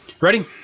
Ready